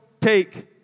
take